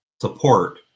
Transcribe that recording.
support